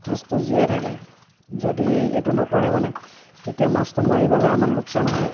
মাছটো জীয়াই থাকে যদি এইটো নকৰে মানে তেতিয়া মাছটো মৰি গ'লে আমাৰ লোকচান হয়